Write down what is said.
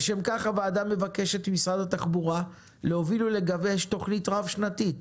לשם כך הוועדה מבקשת ממשרד התחבורה להוביל ולגבש תוכנית רב-שנתית